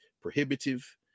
prohibitive